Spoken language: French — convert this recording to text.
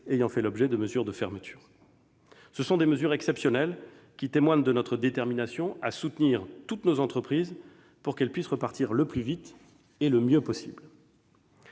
ayant fait l'objet de mesures de fermeture. Ces mesures exceptionnelles témoignent de notre détermination à soutenir toutes nos entreprises pour qu'elles puissent repartir le plus vite et le mieux possible.